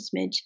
smidge